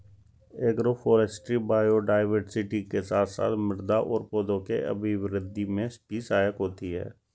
agroforestry biodiversity के साथ साथ मृदा और पौधों के अभिवृद्धि में भी सहायक होती है